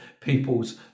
people's